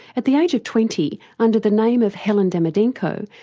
at the age of twenty, under the name of helen demidenko,